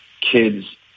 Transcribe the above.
kids